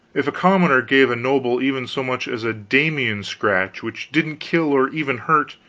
if a commoner gave a noble even so much as a damiens-scratch which didn't kill or even hurt,